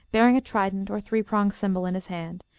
bearing a trident, or three-pronged symbol, in his hand,